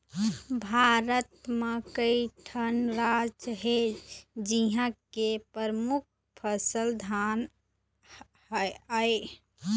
भारत म कइठन राज हे जिंहा के परमुख फसल धान आय